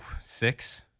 six